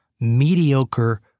mediocre